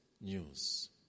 news